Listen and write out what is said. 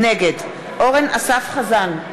נגד אורן אסף חזן,